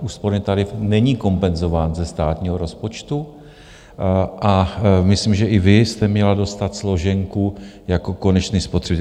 Úsporný tarif není kompenzován ze státního rozpočtu a myslím, že i vy jste měla dostat složenku jako konečný spotřebitel.